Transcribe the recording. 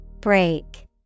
Break